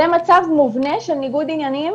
זה מצב מובנה של ניגוד עניינים,